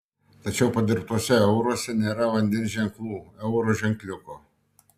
tačiau padirbtuose euruose nėra vandens ženklų euro ženkliuko